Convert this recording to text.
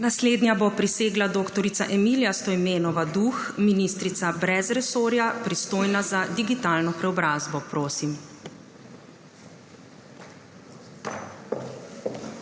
Naslednja bo prisegla dr. Emilija Stojmenova Duh, ministrica brez resorja, pristojna za digitalno preobrazbo. Prosim.